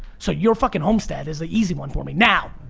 so your fuckin' homestead is a easy one for me. now!